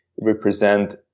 represent